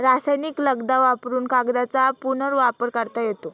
रासायनिक लगदा वापरुन कागदाचा पुनर्वापर करता येतो